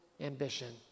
ambition